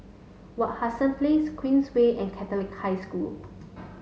Wak Hassan Place Queensway and Catholic High School